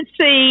see